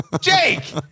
Jake